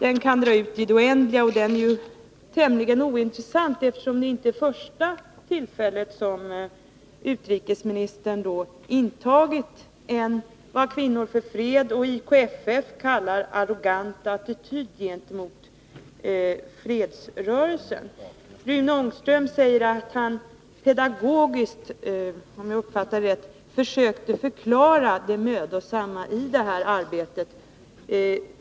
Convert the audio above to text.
Den kan dra ut i det oändliga, och den är tämligen ointressant, eftersom detta inte är det första tillfället då utrikesministern intagit en vad Kvinnor för fred och IKFF kallar arrogant attityd mot fredsrörelsen. Rune Ångström säger att han pedagogiskt — om jag uppfattade det rätt — försökte förklara det mödosamma i det här arbetet.